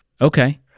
Okay